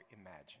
imagine